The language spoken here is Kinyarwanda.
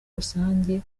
rusange